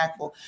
impactful